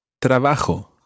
Trabajo